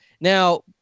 Now